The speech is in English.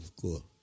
Cool